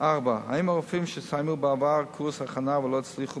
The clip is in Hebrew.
4. האם הרופאים שסיימו בעבר קורס הכנה ולא הצליחו